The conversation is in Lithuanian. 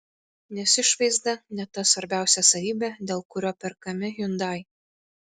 nes išvaizda ne ta svarbiausia savybė dėl kurio perkami hyundai